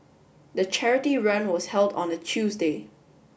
the charity run was held on a Tuesday